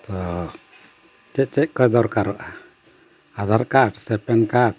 ᱛᱚ ᱪᱮᱫ ᱪᱮᱫ ᱠᱚ ᱫᱚᱨᱠᱟᱨᱚᱜᱼᱟ ᱟᱫᱷᱟᱨ ᱠᱟᱨᱰ ᱥᱮ ᱯᱮᱱ ᱠᱟᱨᱰ